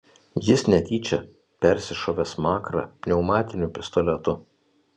jis netyčia persišovė smakrą pneumatiniu pistoletu